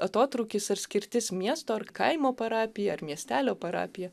atotrūkis ar skirtis miesto ar kaimo parapija ar miestelio parapija